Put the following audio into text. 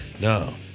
No